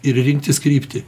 ir rinktis kryptį